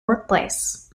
workplace